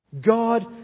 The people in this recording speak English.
God